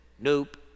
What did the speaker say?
nope